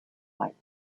lights